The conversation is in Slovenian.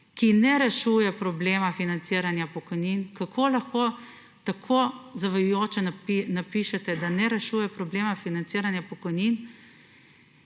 ki ne rešuje problema financiranja pokojnin. Kako lahko tako zavajajoče napišete, da ne rešuje problema financiranja pokojnin,